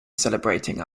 celebrating